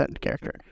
character